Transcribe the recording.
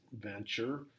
venture